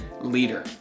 Leader